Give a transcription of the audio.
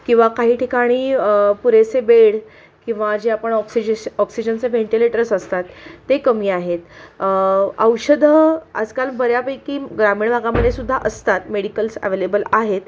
किंवा काही ठिकाणी पुरेसे बेड किंवा जे आपण ऑक्सिजेस ऑक्सिजनचं वेंटिलेटर्स असतात ते कमी आहेत औषधं आजकाल बऱ्यापैकी ग्रामीण भागामध्ये सुद्धा असतात मेडिकल्स अव्हेलेबल आहेत